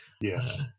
Yes